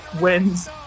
Wins